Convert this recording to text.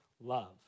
Love